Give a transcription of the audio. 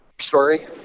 story